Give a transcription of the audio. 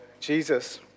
Jesus